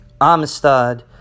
Amistad